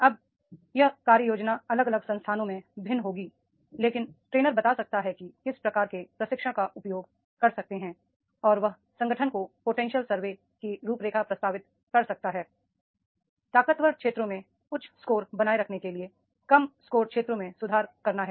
अब यह कार्य योजना अलग अलग संस्थानों में भिन्न होगी लेकिन ट्रेनर बता सकता है कि किस प्रकार के प्रशिक्षण का उपयोग कर सकते हैं और वह संगठन को पोटेंशियल सर्वे की रूपरेखा प्रस्तावित कर सकता हैi ताकतवर क्षेत्रों में उच्च स्कोर बनाए रखने के लिए कम स्कोर क्षेत्रों में सुधार करना है